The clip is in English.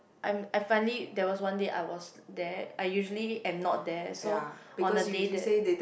I'm I finally there was one day I was there I usually am not there so one the day that